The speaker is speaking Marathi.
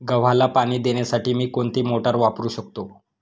गव्हाला पाणी देण्यासाठी मी कोणती मोटार वापरू शकतो?